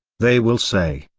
they will say,